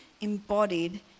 embodied